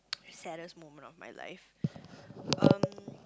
saddest moment of my life um